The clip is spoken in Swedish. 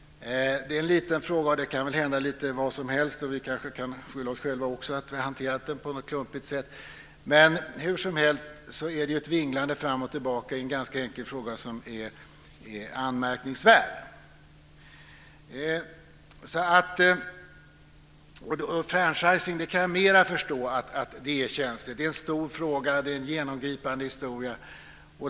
Det är en liten fråga, och det kan väl hända lite vad som helst. Vi kanske kan skylla oss själva också därför att vi har hanterat den på ett klumpigt sätt. Hur som helst är det ett vinglande fram och tillbaka i en ganska enkel fråga som är anmärkningsvärt. Franchising kan jag mer förstå är känsligt. Det är en stor fråga. Det är en genomgripande historia.